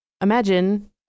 imagine